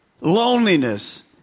loneliness